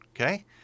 okay